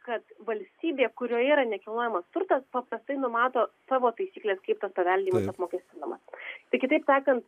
kad valstybė kurioje yra nekilnojamas turtas paprastai numato savo taisykles kaip tas paveldėjimas apmokestinamas tai kitaip sakant